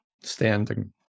standing